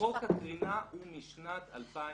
חוק הקרינה הוא משנת 2006,